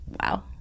Wow